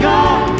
God